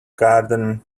garden